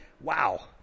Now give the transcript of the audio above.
Wow